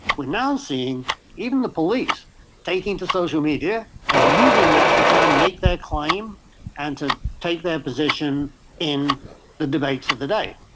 we are now seeing even the police taking to social media and using that to try and make their claim and to take their position in the debates of the day.